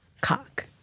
Cock